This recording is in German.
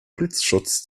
blitzschutz